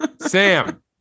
Sam